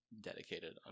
dedicated